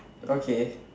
okay